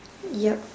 yup